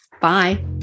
Bye